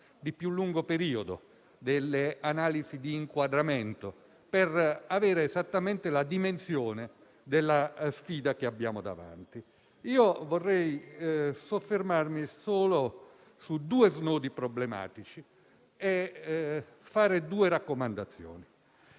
di più lungo periodo e di inquadramento per avere esattamente la dimensione della sfida che abbiamo davanti. Vorrei soffermarmi solo su due snodi problematici e fare due raccomandazioni.